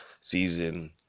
season